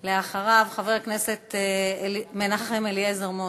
אחריו, חבר הכנסת מנחם אליעזר מוזס.